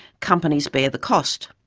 companies bear the cost.